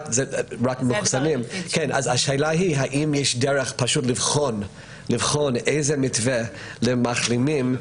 אז השאלה היא האם יש דרך לבחון איזה מתווה למחלימים,